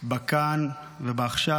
בכאן ובעכשיו,